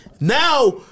Now